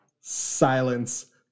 silence